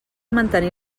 mantenir